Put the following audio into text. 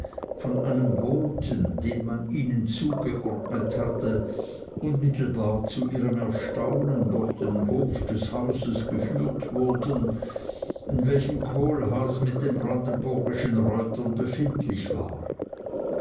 von einem boten den man ihnen zugeordnet hatte unmittelbar zu ihrem erstaunen durch den hof des hauses geführt wurden in welchem kohlhaas mit den brandenburgischen reutern befindlich war